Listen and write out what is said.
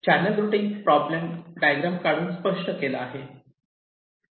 channel routing problem diagram काढून स्पष्ट केला आहे